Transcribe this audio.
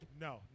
No